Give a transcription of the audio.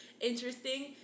interesting